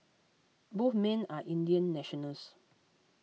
both men are Indian nationals